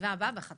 הישיבה ננעלה בשעה